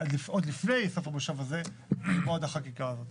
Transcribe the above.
עוד לפני סוף המושב הזה לגמור את החקיקה הזאת.